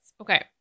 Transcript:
Okay